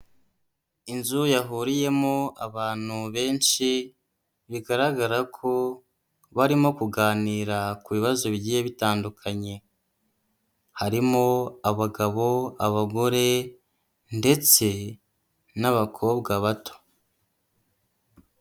Inzu yahuriyemo abantu benshi bigaragara ko barimo kuganira ku bibazo bigiye bitandukanye. Harimo abagabo, abagore ndetse n'abakobwa bato.